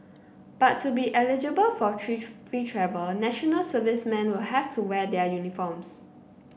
but to be eligible for free travel National Servicemen will have to wear their uniforms